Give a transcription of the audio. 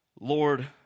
Lord